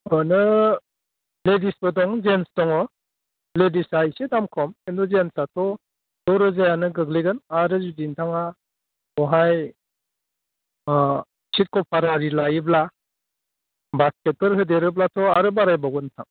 मोनो लेडिसबो दं जेन्टस दङ लेडिसआ एसे दाम खम खिन्थु जेन्टसआथ' द' रोजायानो गोग्लैगोन आरो जुदि नोंथाङा बहाय सिट कफार आरि लायोब्ला बा बेफोर होदेरोब्लाथ' आरो बारायबावगोन नोंथां